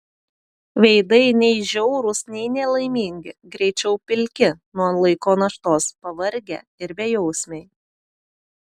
veidai nei žiaurūs nei nelaimingi greičiau pilki nuo laiko naštos pavargę ir bejausmiai